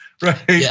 Right